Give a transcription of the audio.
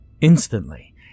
Instantly